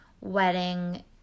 wedding